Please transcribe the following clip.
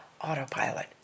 autopilot